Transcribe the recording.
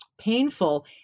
painful